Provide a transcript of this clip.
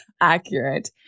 accurate